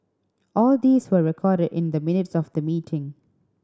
all these were recorded in the minutes of the meeting